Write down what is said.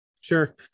Sure